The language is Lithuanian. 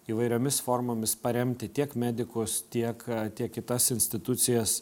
įvairiomis formomis paremti tiek medikus tiek tiek kitas institucijas